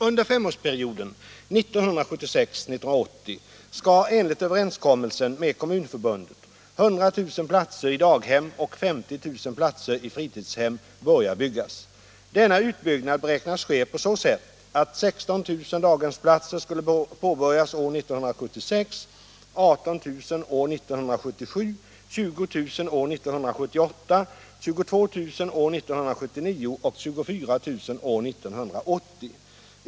Under femårsperioden 1976-1980 skall enligt överenskommelsen med Kommunförbundet 100 000 platser i daghem och 50 000 platser i fritidshem börja byggas. Denna utbyggnad beräknades ske på så sätt att 16 000 daghemsplatser skulle påbörjas år 1976, 18 000 år 1977, 20 000 år 1978, 22 000 år 1979 och 24 000 år 1980.